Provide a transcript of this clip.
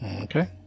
Okay